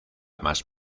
más